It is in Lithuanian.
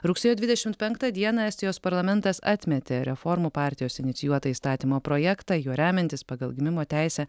rugsėjo dvidešimt penktą dieną estijos parlamentas atmetė reformų partijos inicijuotą įstatymo projektą juo remiantis pagal gimimo teisę